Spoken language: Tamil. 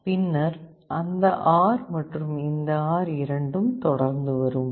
பின்னர் அந்த R மற்றும் இந்த R இரண்டும் தொடர்ந்து வரும்